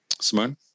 Simone